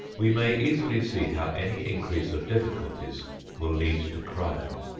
we may easily see how any increase of difficulties will lead to crime.